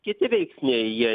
kiti veiksniai jie